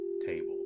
table